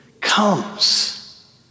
comes